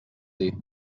dir